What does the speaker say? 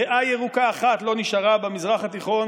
ריאה ירוקה אחת לא נשארה במזרח התיכון